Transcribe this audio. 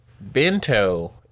Bento